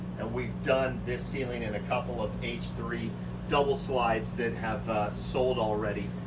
and we've done this ceiling in a couple of h three double slides that have sold already.